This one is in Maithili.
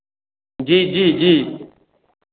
जी जी जी